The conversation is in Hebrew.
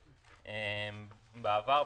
בעבר,